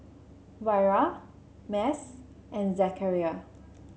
Wira Mas and Zakaria